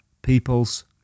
people's